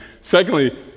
secondly